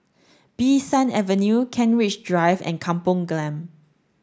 Bee San Avenue Kent Ridge Drive and Kampong Glam